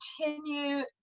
continue